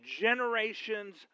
generations